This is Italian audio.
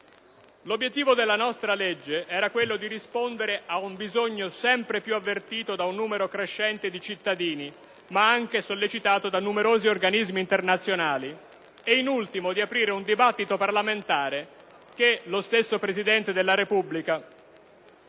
L'obiettivo della nostra legge era quello di rispondere ad un bisogno sempre più avvertito da un numero crescente di cittadini, ma anche sollecitato da numerosi organismi internazionali, e in ultimo di aprire un dibattito parlamentare che lo stesso Presidente della Repubblica